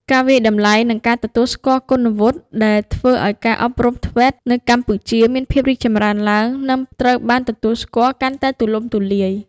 ការវាយតម្លៃ និងការទទួលស្គាល់គុណវុឌ្ឍិ ដែលធ្វើឱ្យការអប់រំ ធ្វេត TVET នៅកម្ពុជាមានភាពប្រសើរឡើង និងត្រូវបានទទួលស្គាល់កាន់តែទូលំទូលាយ។